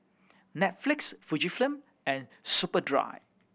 Netflix Fujifilm and Superdry